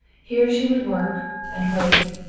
here she would work and wait,